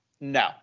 No